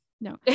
no